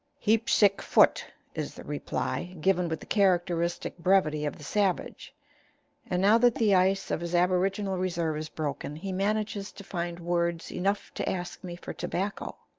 heap sick foot is the reply, given with the characteristic brevity of the savage and, now that the ice of his aboriginal reserve is broken, he manages to find words enough to ask me for tobacco.